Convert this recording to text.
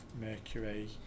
mercury